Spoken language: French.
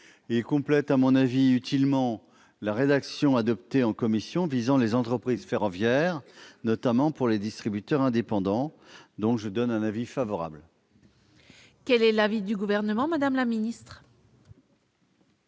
Il complète utilement la rédaction adoptée en commission visant les entreprises ferroviaires, notamment pour les distributeurs indépendants. L'avis est donc favorable. Quel est l'avis du Gouvernement ? L'amendement tend